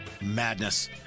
Madness